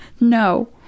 No